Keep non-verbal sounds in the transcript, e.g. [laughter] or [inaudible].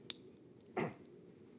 [noise]